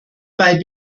bei